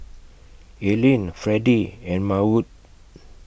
Aylin Fredy and Maud